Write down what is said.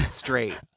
straight